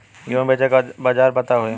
गेहूँ बेचे के बाजार पता होई?